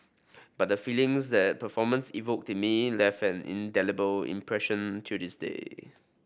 but the feelings that performance evoked me left an indelible impression till this day